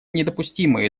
недопустимы